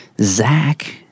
Zach